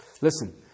Listen